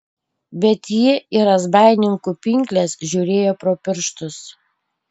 bet ji į razbaininkų pinkles žiūrėjo pro pirštus